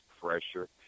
pressure